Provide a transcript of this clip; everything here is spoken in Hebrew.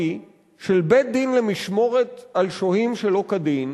של בית-דין למשמורת על שוהים שלא כדין,